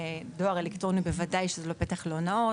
דואר אלקטרוני בוודאי שזה לא פתח להונאות.